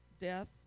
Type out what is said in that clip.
death